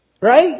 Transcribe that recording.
Right